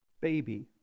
baby